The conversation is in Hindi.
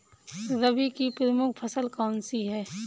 रबी की प्रमुख फसल कौन सी है?